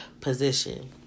position